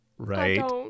right